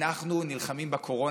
אנחנו נלחמים בקורונה,